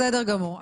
בסדר גמור,